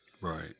Right